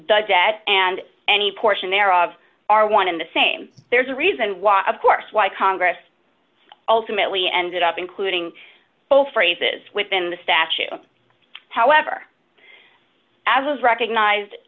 the debt and any portion thereof are one and the same there's a reason why of course why congress ultimately ended up including both phrases within the statute however as was recognized